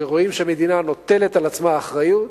כשרואים שמדינה נוטלת על עצמה אחריות,